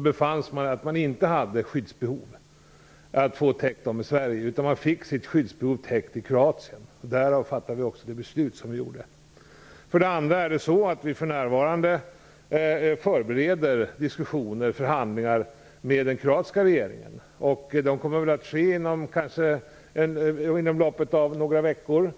befanns att dessa människor inte hade skyddsbehov som behövde täckas i Sverige, utan de fick sitt skyddsbehov täckt i Kroatien. Därav fattade vi det beslut som vi gjorde. För det andra förbereder vi för närvarande diskussioner och förhandlingar med den kroatiska regeringen. De kommer kanske att äga rum inom loppet av några veckor.